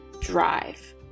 drive